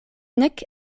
nek